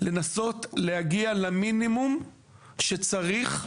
לנסות להגיע למינימום שצריך.